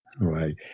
Right